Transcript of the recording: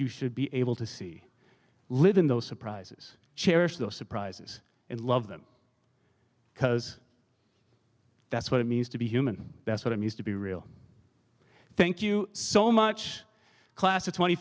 you should be able to see live in those surprises cherish those surprises and love them because that's what it means to be human that's what i'm used to be real thank you so much class of twenty